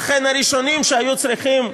לכן, הראשונים שהיו צריכים,